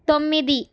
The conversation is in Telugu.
తొమ్మిది